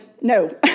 no